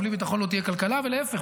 ובלי ביטחון לא תהיה כלכלה ולהפך.